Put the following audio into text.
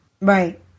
Right